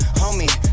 homie